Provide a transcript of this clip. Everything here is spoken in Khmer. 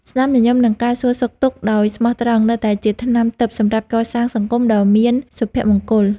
ស្នាមញញឹមនិងការសួរសុខទុក្ខគ្នាដោយស្មោះត្រង់នៅតែជាថ្នាំទិព្វសម្រាប់កសាងសង្គមដ៏មានសុភមង្គល។